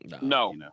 No